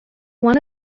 one